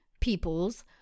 peoples